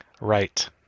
Right